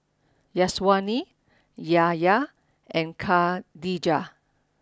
Syazwani Yahya and Khadija